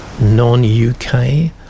non-UK